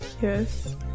Yes